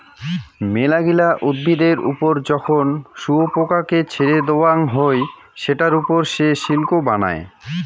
মেলাগিলা উদ্ভিদের ওপর যখন শুয়োপোকাকে ছেড়ে দেওয়াঙ হই সেটার ওপর সে সিল্ক বানায়